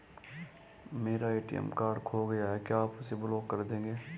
मेरा ATM card खो गया है क्या आप उसे ब्लॉक कर देंगे?